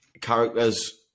characters